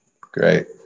Great